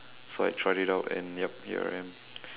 so I tried it out and yup here I am